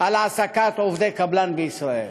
להעסיק עובדי קבלן בישראל.